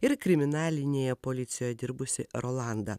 ir kriminalinėje policijoje dirbusį rolandą